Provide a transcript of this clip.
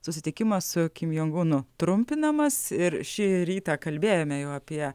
susitikimą su kim jon unu trumpinamas ir šį rytą kalbėjome apie